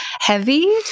heavy